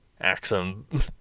Axum